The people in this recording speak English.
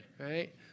right